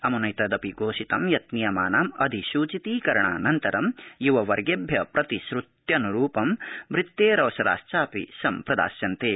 अमुनैतदपि घोषितं यत् नियमानाम् अधिसूचिती करणानन्तरं युववर्गेभ्य प्रतिश्रुत्यनुरूपं वृत्तेरवसराश्चापि सम्प्रदास्यन्ते